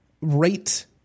rate